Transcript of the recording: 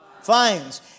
finds